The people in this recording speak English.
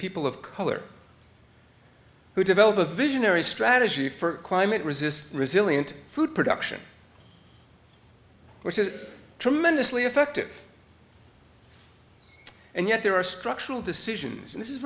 people of color who develop a visionary strategy for climate resist resilient food production which is tremendously effective and yet there are structural decisions and this is